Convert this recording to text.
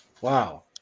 wow